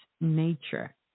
nature